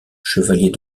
chevalier